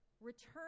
Return